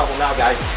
now guys.